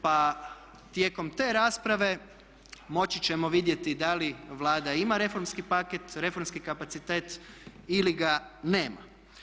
Pa tijekom te rasprave moći ćemo vidjeti da li Vlada ima reformski paket, reformski kapacitet ili ga nema.